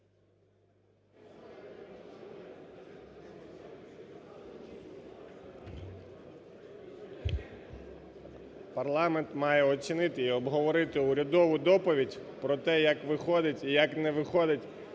Парламент має оцінити і обговорити урядову доповідь про те, як виходить і як не виходить